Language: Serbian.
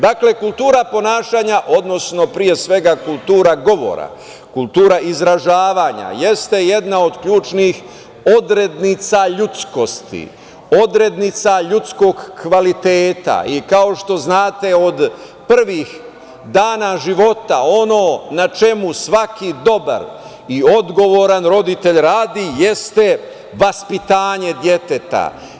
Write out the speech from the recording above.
Dakle, kultura ponašanja, odnosno pre svega kultura govora, kultura izražavanja jeste jedna od ključnih odrednica ljudskosti, odrednica ljudskog kvaliteta i kao što znate od prvih dana života ono na čemu svaki dobar i odgovoran roditelj radi jeste vaspitanje deteta.